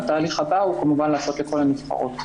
התהליך הבא הוא כמובן לעשות לכל הנבחרות,